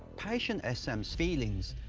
patient ah sm's feelings,